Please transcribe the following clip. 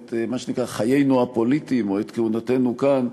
את מה שנקרא חיינו הפוליטיים, או את כהונתנו כאן,